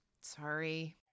sorry